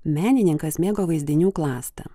menininkas mėgo vaizdinių klastą